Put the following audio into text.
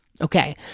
okay